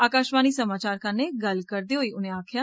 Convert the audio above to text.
आकाशवाणी समाचार कन्नै गल्ल करदे होई उनें आक्खेआ